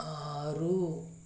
ఆరు